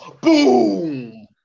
Boom